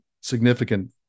significant